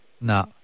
No